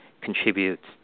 contributes